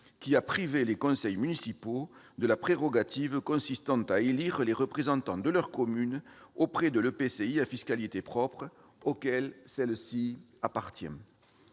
qui a privé les conseils municipaux de la prérogative consistant à élire les représentants de leur commune auprès de l'EPCI à fiscalité propre auquel celle-ci appartient.